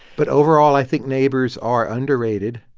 but overall, i think neighbors are underrated.